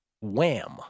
Wham